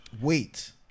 wait